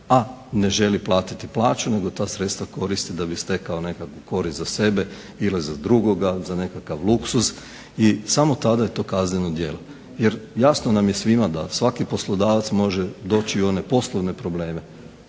a ne želi platiti plaću nego ta sredstva koristi da bi stekao nekakvu korist za sebe ili za drugoga, za nekakav luksuz i samo tada je to kazneno djelo. Jer jasno nam je svima da svaki poslodavac može doći i u one poslovne probleme,